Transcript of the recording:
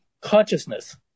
consciousness